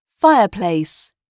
Fireplace